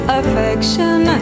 affection